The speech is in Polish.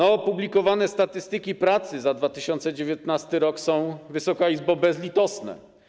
Opublikowane statystyki pracy za 2019 r. są, Wysoka Izbo, bezlitosne.